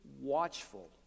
watchful